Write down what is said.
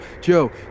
Joe